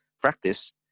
practice